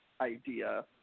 idea